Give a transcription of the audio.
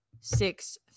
Six